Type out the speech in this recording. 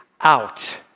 out